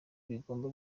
bigomba